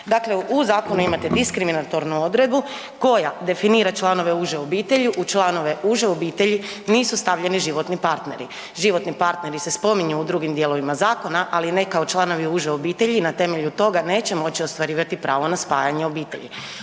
Dakle, u zakonu imate diskriminatornu odredbu koja definira članove uže obitelji. U članove uže obitelji nisu stavljeni životni partneri. Životni partneri se spominju u drugim dijelovima zakona, ali ne kao članovi uže obitelji i na temelju toga neće moći ostvarivati pravo na spajanje obitelji.